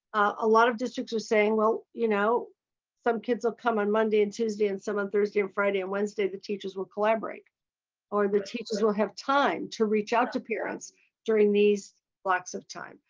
a lot of districts are saying well you know some kids will come on monday and tuesday and some on thursday, um friday and wednesday the teachers will collaborate or the teachers will have time to reach out to parents during these blocks of time.